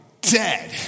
dead